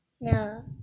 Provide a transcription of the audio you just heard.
No